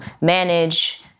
manage